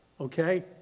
Okay